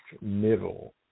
middle